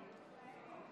התוצאות: